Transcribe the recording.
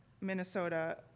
Minnesota